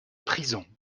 prison